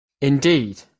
Indeed